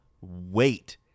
wait